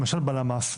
למשל בלמ"ס,